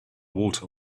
water